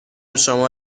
شما